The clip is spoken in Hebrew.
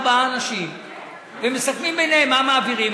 ארבעה אנשים ומסכמים ביניהם מה מעבירים,